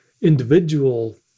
individual